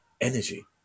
energy